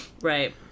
Right